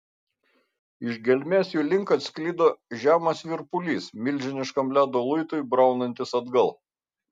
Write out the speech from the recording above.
iš gelmės jų link atsklido žemas virpulys milžiniškam ledo luitui braunantis atgal